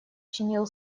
чинил